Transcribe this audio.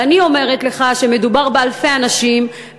ואני אומרת לך שמדובר באלפי אנשים,